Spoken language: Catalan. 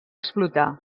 explotar